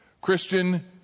Christian